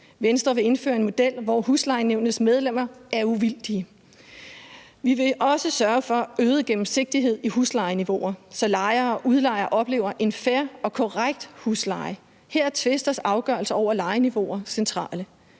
Venstre vil indføre en model, hvor huslejenævnets medlemmer er uvildige. Vi vil også sørge for øget gennemsigtighed i huslejeniveauer, så lejere og udlejere oplever en fair og korrekt husleje. Her er tvisters afgørelse over lejeniveauer centrale.